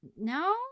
no